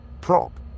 Prop